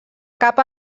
cap